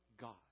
God